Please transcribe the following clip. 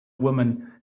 woman